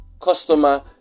customer